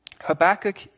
Habakkuk